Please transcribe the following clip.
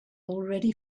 already